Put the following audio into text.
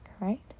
right